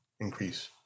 increase